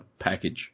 package